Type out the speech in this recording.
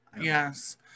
Yes